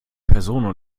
personen